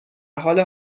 حال